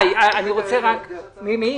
ניר,